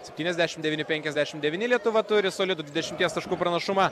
septyniasdešimt devyni penkiasdešimt devyni lietuva turi solidų dvidešimties taškų pranašumą